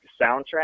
soundtrack